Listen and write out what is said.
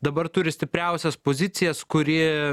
dabar turi stipriausias pozicijas kuri